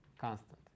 Constant